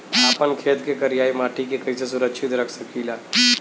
आपन खेत के करियाई माटी के कइसे सुरक्षित रख सकी ला?